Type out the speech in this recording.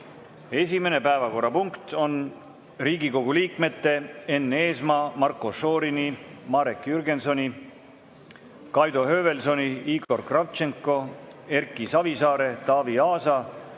Esimene päevakorrapunkt on Riigikogu liikmete Enn Eesmaa, Marko Šorini, Marek Jürgensoni, Kaido Höövelsoni, Igor Kravtšenko, Erki Savisaare, Taavi Aasa,